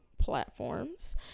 platforms